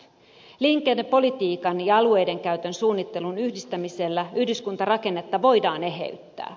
liikennepolitiikan ja alueidenkäytön suunnittelun yhdistämisellä yhdyskuntarakennetta voidaan eheyttää